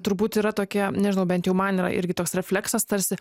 turbūt yra tokie nežinau bent jau man yra irgi toks refleksas tarsi